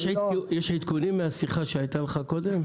יש עדכונים מהשיחה שהייתה לך קודם?